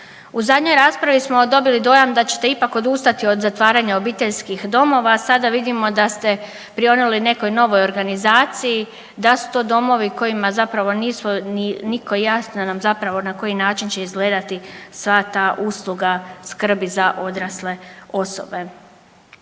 U zadnjoj raspravi smo dobili dojam da ćete ipak odustati od zatvaranja obiteljskih domova, a sada vidimo da ste prionuli nekoj novoj organizaciji, da su to domovi kojima zapravo nisu nitko jasne nam zapravo na koji način će izgledati sva ta usluga skrbi za odrasle osobe.